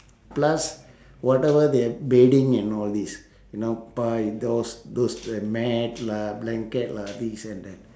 plus whatever their bedding and all this you know பாய்:paay those th~ mat lah blanket lah this and that